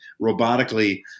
robotically